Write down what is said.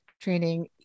training